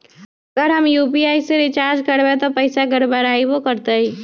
अगर हम यू.पी.आई से रिचार्ज करबै त पैसा गड़बड़ाई वो करतई?